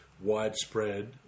widespread